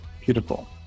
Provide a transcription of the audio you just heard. Beautiful